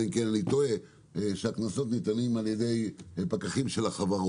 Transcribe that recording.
אלא אם כן אני טועה ניתנים על ידי פקחים של החברות,